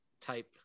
type